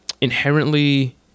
inherently